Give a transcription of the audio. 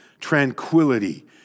tranquility